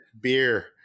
beer